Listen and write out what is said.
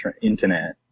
internet